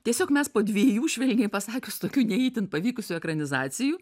tiesiog mes po dviejų švelniai pasakius tokių ne itin pavykusių ekranizacijų